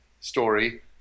story